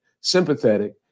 sympathetic